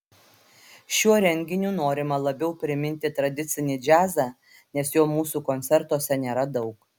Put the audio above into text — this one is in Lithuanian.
šiuo renginiu norima labiau priminti tradicinį džiazą nes jo mūsų koncertuose nėra daug